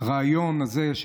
הרעיון הזה,